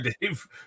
Dave